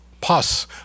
pus